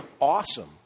awesome